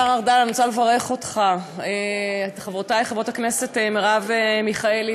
אני רוצה לברך אותך ואת חברותי חברות הכנסת מרב מיכאלי